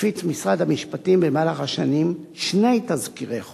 הפיץ משרד המשפטים במהלך השנים שני תזכירי חוק.